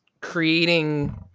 creating